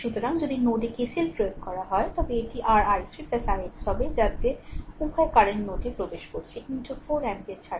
সুতরাং যদি নোড এ KCL প্রয়োগ করা হয় তবে এটি r i3 ix হয়ে যাবে 'উভয় কারেন্ট নোডে প্রবেশ করছে 4 অ্যাম্পিয়ার ছাড়ছে এবং এটি আর 4